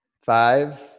five